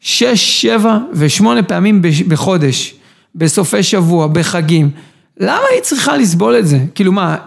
שש, שבע ושמונה פעמים בחודש, בסופי שבוע, בחגים. למה היא צריכה לסבול את זה? כאילו מה...